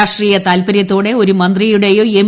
രാഷ്ട്രീയ താൽപര്യത്തോടെ ഒരു മന്ത്രിയുടെയോ എം